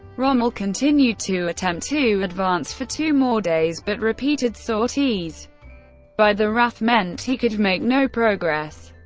rommel continued to attempt to advance for two more days, but repeated sorties by the raf meant he could make no progress.